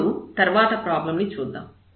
ఇప్పుడు తర్వాత ప్రాబ్లం ని చూద్దాం